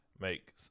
make